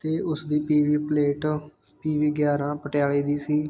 ਅਤੇ ਉਸ ਦੀ P V plate P V ਗਿਆਰਾਂ ਪਟਿਆਲੇ ਦੀ ਸੀ